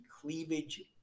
cleavage